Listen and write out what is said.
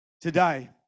Today